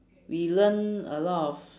we learn a lot of